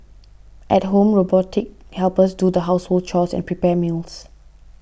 at home robotic helpers do the household chores and prepare meals